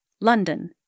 London